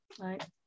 right